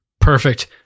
perfect